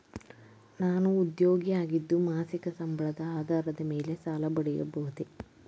ನಾನು ಉದ್ಯೋಗಿ ಆಗಿದ್ದು ಮಾಸಿಕ ಸಂಬಳದ ಆಧಾರದ ಮೇಲೆ ಸಾಲ ಪಡೆಯಬಹುದೇ?